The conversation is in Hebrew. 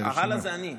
הלאה זה אני.